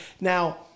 Now